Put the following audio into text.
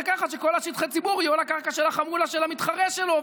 כך שכל שטחי הציבור יהיו על הקרקע של החמולה של המתחרה שלו,